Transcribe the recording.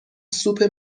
سوپ